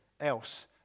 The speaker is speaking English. else